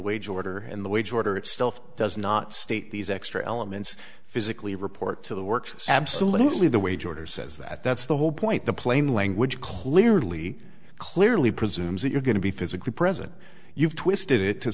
wage order in the wage order itself does not state these extra elements physically report to the work absolutely the wage order says that that's the whole point the plain language clearly clearly presumes that you're going to be physically present you've twisted it to